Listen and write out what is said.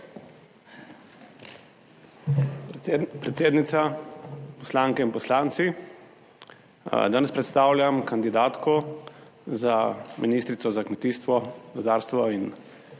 Predsednica, poslanke in poslanci! Danes predstavljam kandidatko za ministrico za kmetijstvo, gozdarstvo in